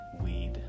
weed